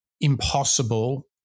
impossible